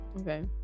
Okay